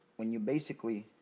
when you basically